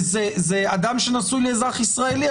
זה אדם שנשוי לאזרח ישראלי,